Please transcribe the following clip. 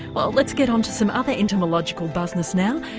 well let's get onto some other entomological buzz-ness now.